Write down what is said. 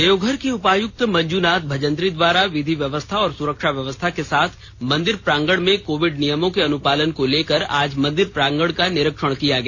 देवघर के उपायुक्त मंजूनाथ भजंत्री द्वारा विधि व्यवस्था और सुरक्षा व्यवस्था के साथ मंदिर प्रांगण में कोविड नियमों के अनुपालन को लेकर आज मंदिर प्रांगण का निरीक्षण किया गया